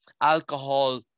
alcohol